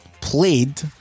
played